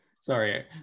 Sorry